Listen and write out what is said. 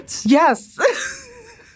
Yes